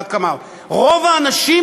רוב האנשים,